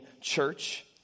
church